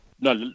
No